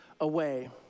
away